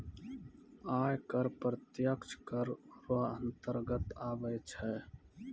आय कर प्रत्यक्ष कर रो अंतर्गत आबै छै